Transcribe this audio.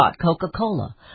Coca-Cola